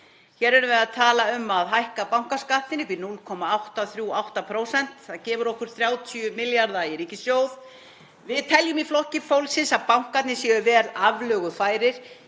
Hér erum við að tala um að hækka bankaskattinn upp í 0,838%, það gefur okkur 30 milljarða í ríkissjóð. Við teljum í Flokki fólksins að bankarnir séu vel aflögufærir.